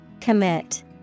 Commit